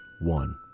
one